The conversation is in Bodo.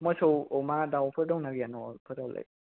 मोसौ अमा दाउफोर दंना गैया न' आव फोरावलाय